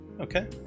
Okay